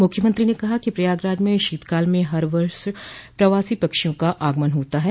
मुख्यमंत्री ने कहा कि प्रयागराज में शीतकाल में हर वर्ष प्रवासी पक्षियों का आगमन होता है